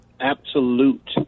absolute